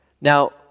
Now